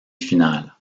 finales